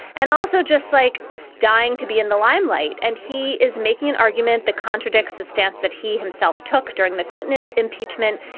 and also just like dying to be in the limelight. and he is making an argument that contradicts the stance that he himself took during the clinton and and impeachment.